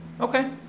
Okay